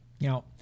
Now